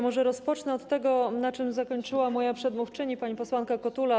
Może rozpocznę od tego, na czym zakończyła moja przedmówczyni pani posłanka Kotula.